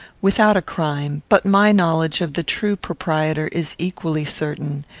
without a crime but my knowledge of the true proprietor is equally certain,